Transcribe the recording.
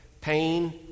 pain